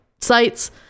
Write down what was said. sites